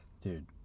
dude